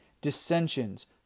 dissensions